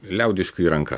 liaudiškai į rankas